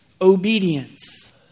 obedience